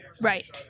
Right